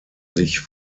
sich